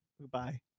goodbye